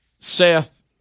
Seth